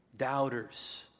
doubters